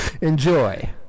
Enjoy